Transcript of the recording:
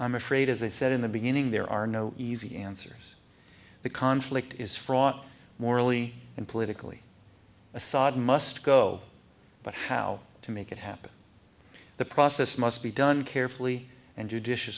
i'm afraid as they said in the beginning there are no easy answers the conflict is fraught morally and politically assad must go but how to make it happen the process must be done carefully and